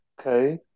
okay